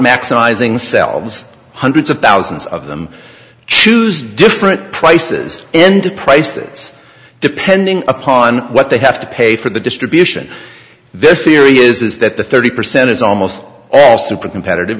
maximizing selves hundreds of thousands of them choose different prices and prices depending upon what they have to pay for the distribution this theory is that the thirty percent is almost all super competitive